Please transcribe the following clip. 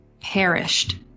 perished